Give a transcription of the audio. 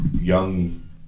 young